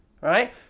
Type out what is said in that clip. Right